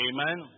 Amen